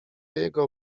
jego